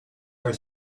are